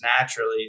naturally